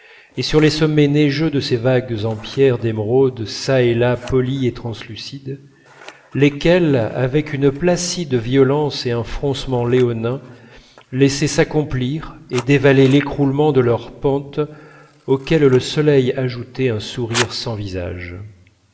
et sur les sommets neigeux de ses vagues en pierre d'émeraude çà et là polie et translucide lesquelles avec une placide violence et un froncement léonin laissaient s'accomplir et dévaler l'écoulement de leurs pentes auxquelles le soleil ajoutait un sourire sans visage